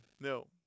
no